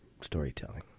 storytelling